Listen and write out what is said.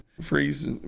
freeze